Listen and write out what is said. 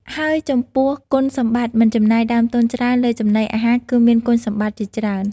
ហើយចំពោះ គុណសម្បត្តិមិនចំណាយដើមទុនច្រើនលើចំណីអាហារគឺមានគុណសម្បត្តិជាច្រើន។